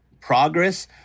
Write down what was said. progress